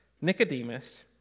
Nicodemus